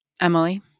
emily